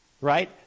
Right